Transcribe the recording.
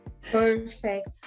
Perfect